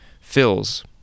fills